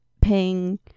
ping